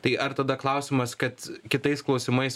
tai ar tada klausimas kad kitais klausimais